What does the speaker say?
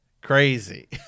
Crazy